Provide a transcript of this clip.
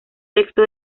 texto